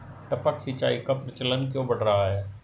टपक सिंचाई का प्रचलन क्यों बढ़ रहा है?